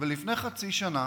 ולפני חצי שנה